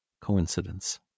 coincidence